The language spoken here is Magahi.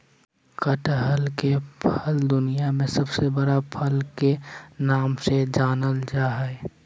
कटहल के फल दुनिया में सबसे बड़ा फल के नाम से जानल जा हइ